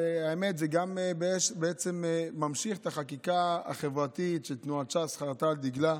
האמת היא שזה בעצם גם ממשיך את החקיקה החברתית שתנועת ש"ס חרתה על דגלה,